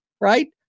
right